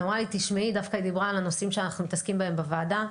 והיא דיברה איתי על הנושאים שאנחנו מתעסקים בהם בוועדה,